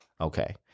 Okay